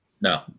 No